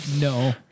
No